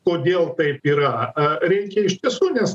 kodėl taip yra reikia iš tiesų nes